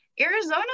Arizona